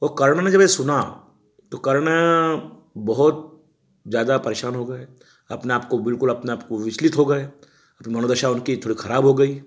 वो कर्ण ने जब ये सुना तो कर्ण बहुत ज़्यादा परेशान हो गए अपने आपको बिल्कुल अपने आपको विचलित हो गए मनोदशा उनकी थोड़ी ख़राब हो गई